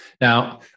Now